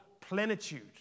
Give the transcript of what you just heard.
plenitude